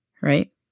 right